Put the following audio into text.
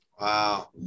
Wow